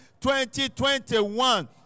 2021